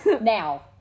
Now